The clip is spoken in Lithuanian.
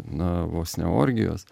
na vos ne orgijos